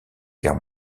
guerre